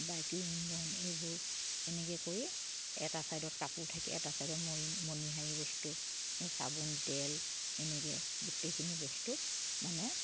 এইবোৰ এনেকে কৰি এটা ছাইডত কাপোৰ থাকে এটা ছাইডত মণিহাৰী বস্তু চাবোন তেল এনেকে গোটেইখিনি বস্তু মানে